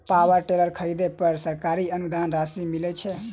Power tiller खरीदे पर सरकारी अनुदान राशि मिलय छैय?